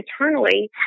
eternally